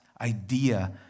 idea